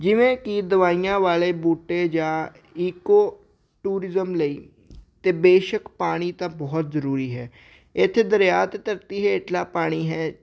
ਜਿਵੇਂ ਕਿ ਦਵਾਈਆਂ ਵਾਲੇ ਬੂਟੇ ਜਾਂ ਇਕੋ ਟੂਰਿਜਮ ਲਈ ਅਤੇ ਬੇਸ਼ੱਕ ਪਾਣੀ ਤਾਂ ਬਹੁਤ ਜ਼ਰੂਰੀ ਹੈ ਇੱਥੇ ਦਰਿਆ ਅਤੇ ਧਰਤੀ ਹੇਠਲਾ ਪਾਣੀ ਹੈ